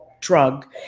drug